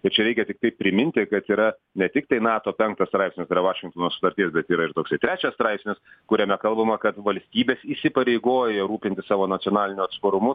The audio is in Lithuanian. ir čia reikia tiktai priminti kad yra ne tiktai nato penktas straipsnis yra vašingtono sutarties bet yra ir toks trečias straipsnis kuriame kalbama kad valstybės įsipareigoja rūpintis savo nacionaliniu atsparumu